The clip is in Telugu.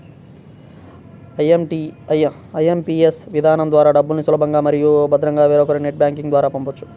ఐ.ఎం.పీ.ఎస్ విధానం ద్వారా డబ్బుల్ని సులభంగా మరియు భద్రంగా వేరొకరికి నెట్ బ్యాంకింగ్ ద్వారా పంపొచ్చు